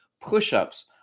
push-ups